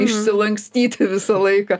išsilankstyti visą laiką